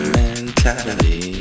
mentality